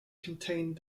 contained